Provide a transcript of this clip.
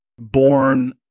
born